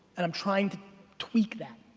and i'm trying to tweak that.